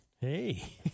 Hey